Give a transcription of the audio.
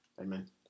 Amen